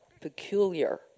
peculiar